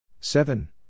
Seven